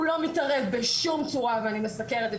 הוא לא מתערב בשום צורה ואני מסקרת את